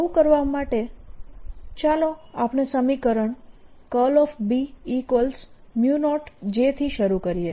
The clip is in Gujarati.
આવું કરવા માટે ચાલો આપણે સમીકરણ B0 jથી શરૂ કરીએ